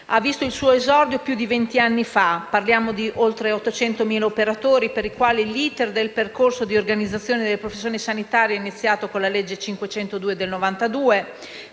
ha visto il suo esordio più di vent'anni fa. Parliamo di oltre 800.000 operatori per i quali l'*iter* del percorso di organizzazione delle professioni sanitarie è iniziato con la legge n. 502 del 1992,